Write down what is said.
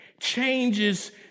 changes